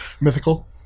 Mythical